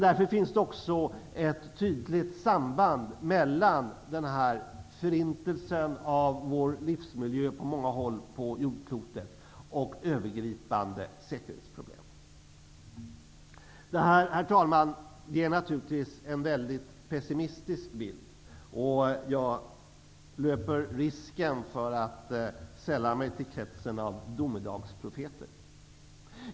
Därför finns det också ett tydligt samband mellan förintelsen av vår livsmiljö på många håll på jordklotet och övergripande säkerhetsproblem. Det här, herr talman, är naturligtvis en mycket pessimistisk bild, och jag löper risken att sälla mig till kretsen av domedagsprofeter.